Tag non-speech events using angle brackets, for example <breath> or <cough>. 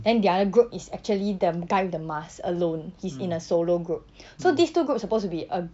then the other group is actually the guy with the mask alone he's in a solo group <breath> so these two groups supposed to be a